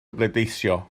bleidleisio